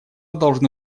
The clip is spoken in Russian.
должны